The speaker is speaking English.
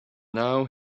now